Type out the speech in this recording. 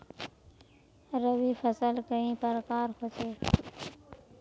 रवि फसल कई प्रकार होचे?